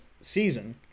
season